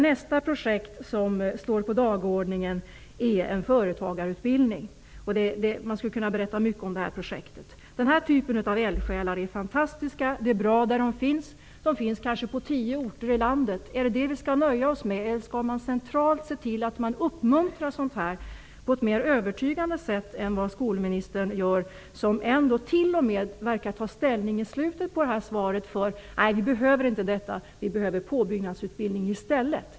Nästa projekt som står på dagordningen där är en företagarutbildning -- det finns mycket att berätta om det här projektet. Den här typen av eldsjälar är fantastiska, och de är bra för de orter där de finns. Men de finns kanske på tio orter i landet. Skall vi nöja oss med det, eller skall det centralt ses till att sådan här verksamhet uppmuntras på ett mer övertygande sätt, än vad skolministern gör? Skolministern verkar t.o.m. i slutet av svaret ta ställning till att det inte behövs en företagarutbildning, utan att det behövs en påbyggnadsutbildning i stället.